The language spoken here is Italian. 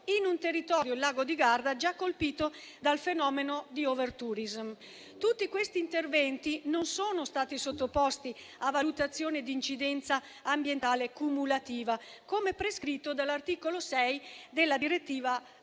in un territorio, quello del Lago di Garda, già colpito dal fenomeno dell'*overtourism*. Tutti questi interventi non sono stati sottoposti a valutazione di incidenza ambientale cumulativa, come prescritto dall'articolo 6 della direttiva